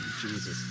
Jesus